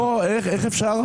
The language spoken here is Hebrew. איך אפשר?